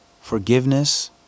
forgiveness